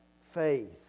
faith